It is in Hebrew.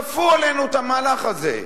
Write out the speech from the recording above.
כפו עלינו את המהלך הזה,